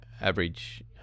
average